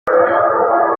after